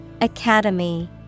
Academy